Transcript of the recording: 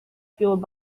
fueled